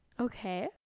Okay